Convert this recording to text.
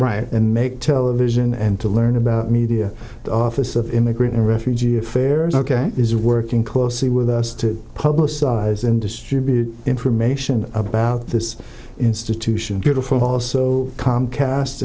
come and make to vision and to learn about media office of immigrant and refugee affairs ok is working closely with us to publicize and distribute information about this institution beautiful also comcast